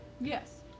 Yes